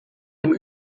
dem